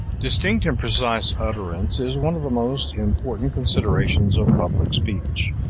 distinct and precise utterance is one of the most important considerations of public speech.